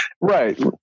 right